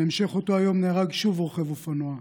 בהמשך אותו היום נהרג עוד רוכב אופנוע,